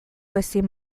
ezin